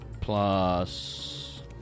plus